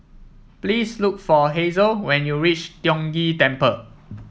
please look for Hazle when you reach Tiong Ghee Temple